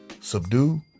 subdue